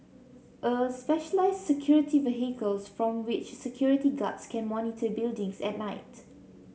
a specialised security vehicles from which security guards can monitor buildings at night